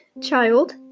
child